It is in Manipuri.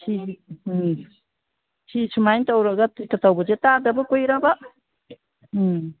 ꯁꯤ ꯎꯝ ꯁꯤ ꯁꯨꯃꯥꯏꯅ ꯇꯧꯔꯒ ꯇꯧꯕꯁꯦ ꯇꯥꯗꯕ ꯀꯨꯏꯔꯕ ꯎꯝ